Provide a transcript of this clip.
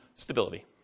Stability